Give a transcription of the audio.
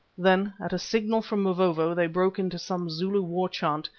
then, at a signal from mavovo, they broke into some zulu war-chant,